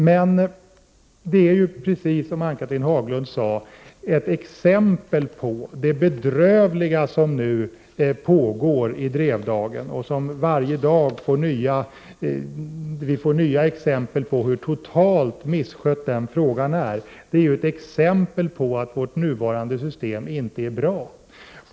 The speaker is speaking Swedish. Men såsom Ann-Cathrine Haglund sade är Drevdagen och det bedrövliga som nu pågår där — och som vi varje dag får höra mera om — ett exempel på en totalt misskött skolfråga. Drevdagen är ett exempel på att vårt nuvarande system inte är bra.